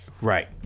Right